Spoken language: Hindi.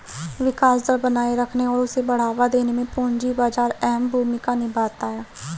विकास दर बनाये रखने और उसे बढ़ावा देने में पूंजी बाजार अहम भूमिका निभाता है